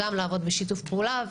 לעבוד בשיתוף פעולה,